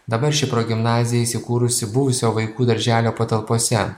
dabar ši progimnazija įsikūrusi buvusio vaikų darželio patalpose